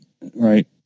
right